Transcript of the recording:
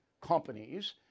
companies